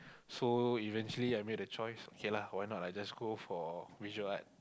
so eventually I made a choice okay lah why not I just go for visual art